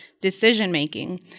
decision-making